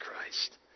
Christ